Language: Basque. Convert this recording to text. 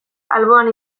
alboan